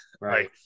right